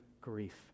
grief